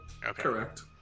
Correct